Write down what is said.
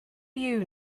you